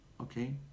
Okay